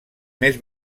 més